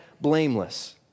blameless